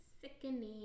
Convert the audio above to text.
Sickening